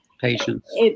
Patience